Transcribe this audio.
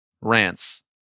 rants